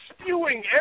spewing